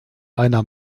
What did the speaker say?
einer